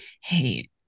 hey